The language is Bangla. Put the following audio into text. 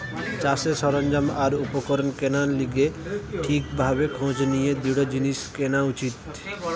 চাষের সরঞ্জাম আর উপকরণ কেনার লিগে ঠিক ভাবে খোঁজ নিয়ে দৃঢ় জিনিস কেনা উচিত